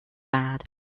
bad